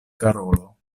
karolo